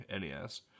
NES